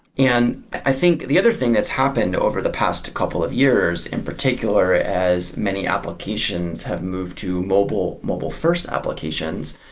and i think the other thing that's happened over the past couple of years in particular as many applications have moved to mobile mobile first applications,